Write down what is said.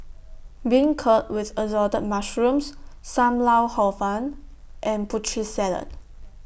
Beancurd with Assorted Mushrooms SAM Lau Hor Fun and Putri Salad